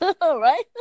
right